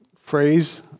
phrase